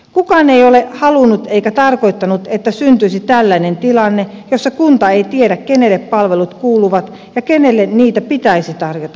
kukaan ei ole halunnut eikä tarkoittanut että syntyisi tällainen tilanne jossa kunta ei tiedä kenelle palvelut kuuluvat ja kenelle niitä pitäisi tarjota